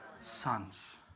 sons